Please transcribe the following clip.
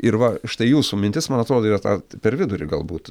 ir va štai jūsų mintis man atrodo yra ta per vidurį galbūt